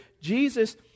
Jesus